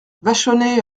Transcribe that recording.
vachonnet